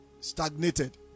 stagnated